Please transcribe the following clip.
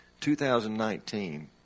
2019